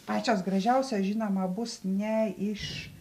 pačios gražiausios žinoma bus ne iš